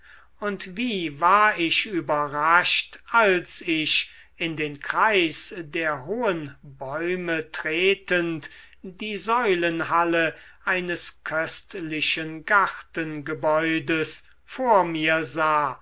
und wie war ich überrascht als ich in den kreis der hohen bäume tretend die säulenhalle eines köstlichen gartengebäudes vor mir sah